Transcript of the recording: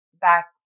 back